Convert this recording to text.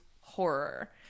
horror